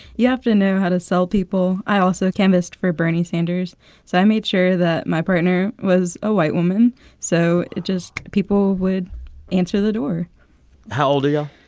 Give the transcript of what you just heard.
you have to know how to sell people. i also canvassed for bernie sanders. so i made sure that my partner was a white woman so it just people would answer the door how old are yeah